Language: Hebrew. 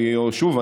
שוב,